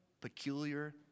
peculiar